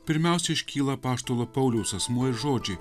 pirmiausia iškyla apaštalo pauliaus asmuo žodžiai